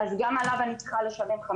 גם על זה אני צריכה לשלם.